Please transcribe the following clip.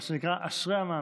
מה שנקרא, אשרי המאמין.